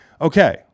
Okay